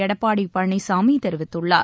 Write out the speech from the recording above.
எடப்பாடி பழனிசாமி தெரிவித்துள்ளார்